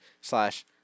slash